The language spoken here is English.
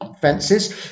fences